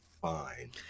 fine